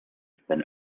than